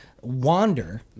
wander